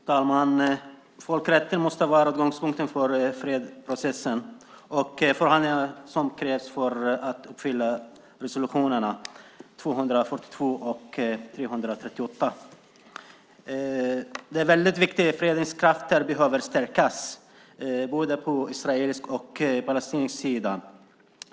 Herr talman! Folkrätten måste vara utgångspunkten för fredsprocessen och de förhandlingar som krävs för att uppfylla resolutionerna 242 och 338. Det är väldigt viktigt att fredskrafterna stärks både på israelisk och på palestinsk sida.